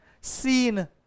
seen